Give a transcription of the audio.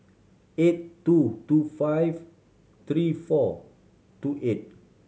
eight two two five three four two eight